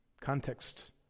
Context